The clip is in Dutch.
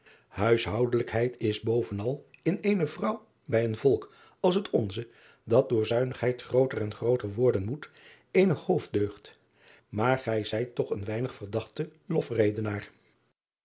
uishoudelijkheid is bovenal in eene vrouw bij een volk als het onze dat door zuinigheid grooter en grooter worden moet eene hoofddeugd maar gij zijt toch een weinig verdachte lofredenaar